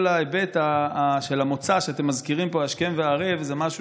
כל ההיבט של המוצא שאתם מזכירים פה השכם והערב זה משהו